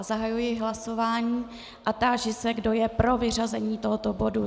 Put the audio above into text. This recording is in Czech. Zahajuji hlasování a táži se, kdo je pro vyřazení tohoto bodu.